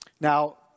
Now